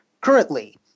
Currently